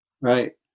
Right